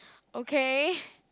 okay